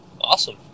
Awesome